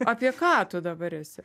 apie ką tu dabar esi